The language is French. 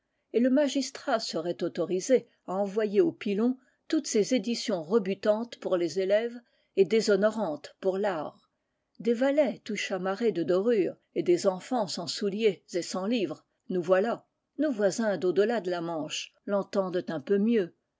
et le magistrat serait autorisé à envoyer au pilon toutes ces éditions rebutantes pour les élèves et déshonorantes pour l'art des valets tout chamarrés de dorures et des enfants sans souliers et sans livres nous voilà nos voisins dau delà de la manche l'entendent un peu mieux